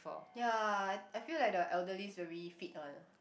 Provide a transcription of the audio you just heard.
ya I I feel like the elderlies very fit one ah